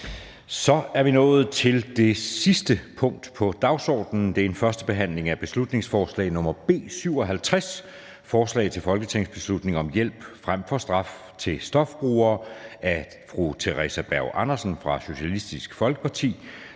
Det er vedtaget. --- Det sidste punkt på dagsordenen er: 6) 1. behandling af beslutningsforslag nr. B 57: Forslag til folketingsbeslutning om hjælp frem for straf til stofbrugere. Af Theresa Berg Andersen (SF) m.fl.